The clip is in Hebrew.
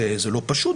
זה לא פשוט,